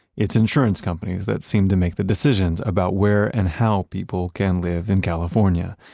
it's insurance companies that seem to make the decisions about where and how people can live in california.